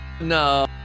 No